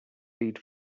feed